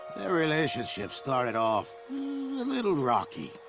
their relationship started off a little rocky,